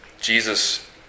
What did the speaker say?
Jesus